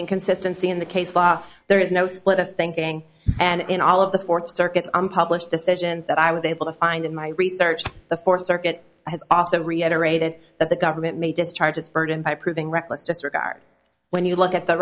inconsistency in the case law there is no split of thinking and in all of the fourth circuit on published decisions that i was able to find in my research the fourth circuit has also reiterated that the government may discharge its burden by proving reckless disregard when you look at the